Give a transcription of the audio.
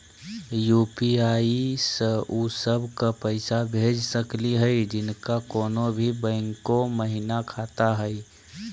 UPI स उ सब क पैसा भेज सकली हई जिनका कोनो भी बैंको महिना खाता हई?